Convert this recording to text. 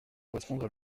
correspondre